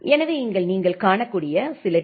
எனவே இங்கே நீங்கள் காணக்கூடிய சில டி